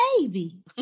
baby